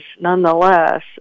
nonetheless